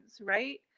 right